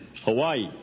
Hawaii